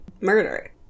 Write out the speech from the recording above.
murder